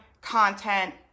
content